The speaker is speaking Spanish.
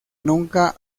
nunca